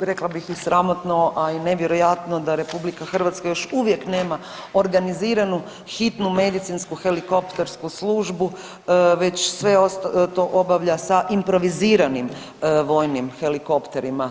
rekla bih i sramotno, a i nevjerojatno da Republika Hrvatska još uvijek nema organiziranu hitnu medicinsku helikoptersku službu već sve to obavlja sa improviziranim vojnim helikopterima.